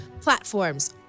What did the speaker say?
platforms